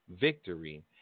victory